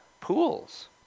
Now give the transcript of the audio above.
pools